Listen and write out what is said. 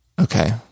Okay